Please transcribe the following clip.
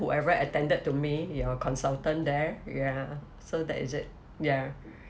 whoever attended to me your consultant there ya so that is it ya